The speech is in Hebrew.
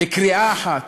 בקריאה אחת,